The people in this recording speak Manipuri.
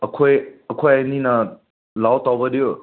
ꯑꯩꯈꯣꯏ ꯑꯩꯈꯣꯏ ꯑꯅꯤꯅ ꯂꯧ ꯇꯧꯕꯗꯨ